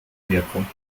wirkung